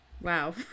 Wow